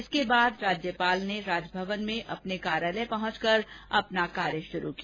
इसके बाद राज्यपाल ने राजभवन में अपने कार्यालय पहुंच कर अपना कार्य शुरु किया